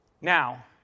Now